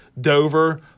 Dover